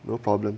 no problem